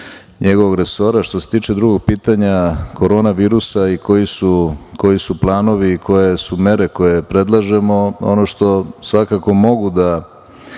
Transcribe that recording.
njegovog resora, što se tiče drugo pitanja korona virusa i koji su planovi, koje su mere koje predlažemo. Ono što svakako mogu da